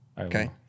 okay